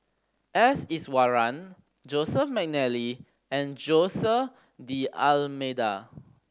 S Iswaran Joseph McNally and Jose D'Almeida